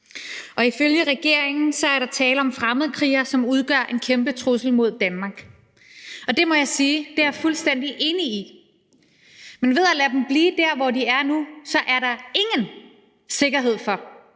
og ifølge regeringen er der tale om fremmedkrigere, som udgør en kæmpe trussel mod Danmark. Det må jeg sige at jeg er fuldstændig enig i. Men ved at lade dem bliver der, hvor de er nu, så er der ingen sikkerhed for,